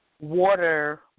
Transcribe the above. water